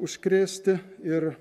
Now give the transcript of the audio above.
užkrėsti ir